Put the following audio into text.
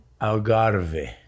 Algarve